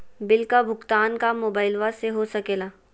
Bill का भुगतान का मोबाइलवा से हो सके ला?